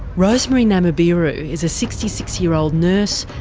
rosemary namubiru is a sixty six year old nurse,